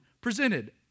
presented